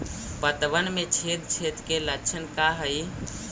पतबन में छेद छेद के लक्षण का हइ?